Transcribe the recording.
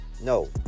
no